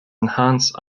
enhanced